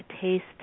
taste